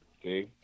Okay